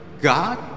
God